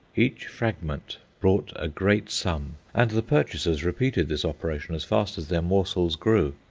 each fragment brought a great sum, and the purchasers repeated this operation as fast as their morsels grew.